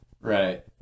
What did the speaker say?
Right